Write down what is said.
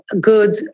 good